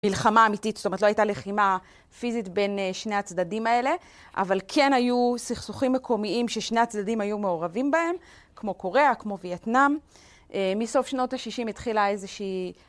מלחמה אמיתית, זאת אומרת לא הייתה לחימה פיזית בין שני הצדדים האלה, אבל כן היו סכסוכים מקומיים ששני הצדדים היו מעורבים בהם, כמו קוריאה, כמו וייטנאם. מסוף שנות ה-60 התחילה איזושהי...